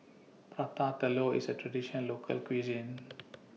Prata Telur IS A Traditional Local Cuisine